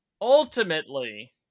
ultimately